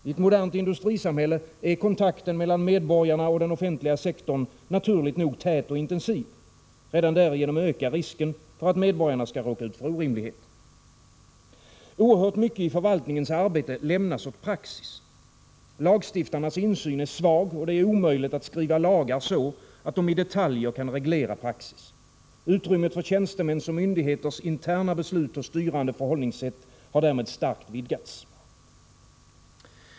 I ett modernt industrisamhälle är kontakten mellan medborgarna och den offentliga sektorn naturligt nog tät och intensiv. Redan därigenom ökar risken för att medborgarna skall råka ut för orimligheter. Oerhört mycket i förvaltningarnas arbete lämnas åt praxis. Lagstiftarnas insyn är svag, och det är omöjligt att skriva lagar så att de i detaljer kan reglera praxis. Utrymmet för tjänstemäns och myndigheters interna beslut och styrande förhållningssätt har därmed starkt vidgats.